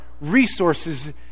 resources